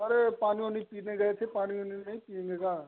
अरे पानी उनी पीने गए थे पानी उनी नहीं पीएँगे गा